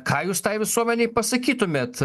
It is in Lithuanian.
ką jūs tai visuomenei pasakytumėt